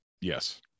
Yes